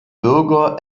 bürger